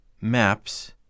MAPS